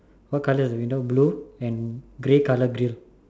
what colour of the window blue and grey colour grill